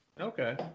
Okay